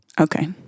Okay